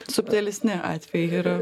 subtilesni atvejai yra